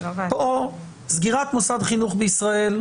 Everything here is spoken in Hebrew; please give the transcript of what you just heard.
פה סגירת מוסדות בישראל,